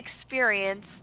experience